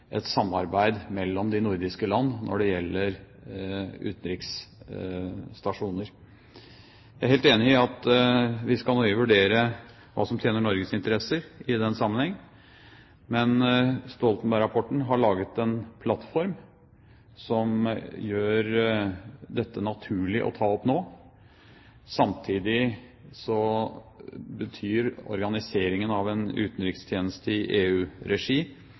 et samarbeid mellom de nordiske land når det gjelder utenriksstasjoner. Jeg er helt enig i at vi skal vurdere nøye hva som tjener Norges interesser i den sammenheng, men Stoltenberg-rapporten har laget en plattform som gjør dette naturlig å ta opp nå. Samtidig betyr organiseringen av en utenrikstjeneste i